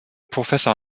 professor